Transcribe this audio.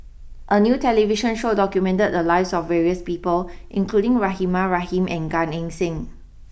a new television show documented the lives of various people including Rahimah Rahim and Gan Eng Seng